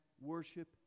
worship